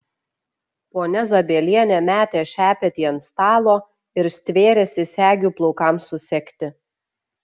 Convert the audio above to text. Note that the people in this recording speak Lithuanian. ponia zabielienė metė šepetį ant stalo ir stvėrėsi segių plaukams susegti